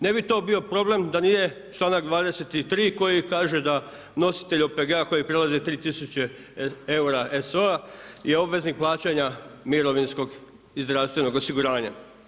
Ne bi to bio problem da nije članak 23. koji kaže da nositelj OPG-a koji prelazi 3 tisuće eura ESO-a je obveznik plaćanja mirovinskog i zdravstvenog osiguranja.